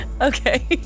okay